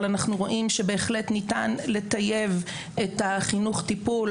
אבל אנחנו רואים שבהחלט ניתן לטייב את החינוך טיפול,